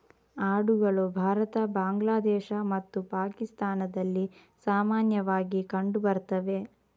ಆಡುಗಳು ಭಾರತ, ಬಾಂಗ್ಲಾದೇಶ ಮತ್ತು ಪಾಕಿಸ್ತಾನದಲ್ಲಿ ಸಾಮಾನ್ಯವಾಗಿ ಕಂಡು ಬರ್ತವೆ